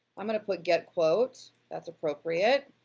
i'm gonna put get quote, that's appropriate.